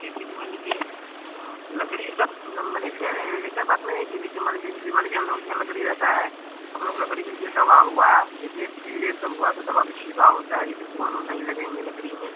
जैसे कि मान लीजिए लकड़ी सब नम्बर एक है ऐसा बात नहीं है कि जैसे मान लीजिए जैसे मान लीजिए हम लोगों के यहाँ लकड़ी रहता है तो हम लोग लकड़ी में जैसे दवा हुआ जैसे ये सब हुआ तो दवा के छिड़काव होता है जैसे घुन उन नहीं लगेंगे लकड़ी मे